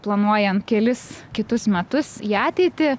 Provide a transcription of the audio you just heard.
planuojant kelis kitus metus į ateitį